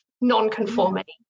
non-conformity